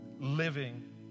living